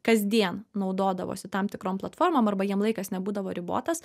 kasdien naudodavosi tam tikrom platformom arba jiem laikas nebūdavo ribotas